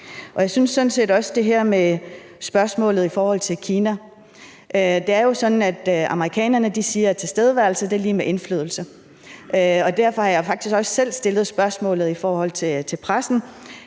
I forhold til spørgsmålet om Kina er det jo sådan, at amerikanerne siger, at tilstedeværelse er lig med indflydelse. Derfor har jeg faktisk også selv stillet spørgsmålet i forhold til pressen: